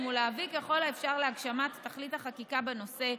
ולהביא ככל האפשר להגשמת תכלית החקיקה בנושא,